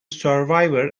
survivor